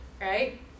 right